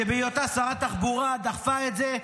שבהיותה שרת התחבורה דחפה את זה,